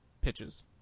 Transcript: pitches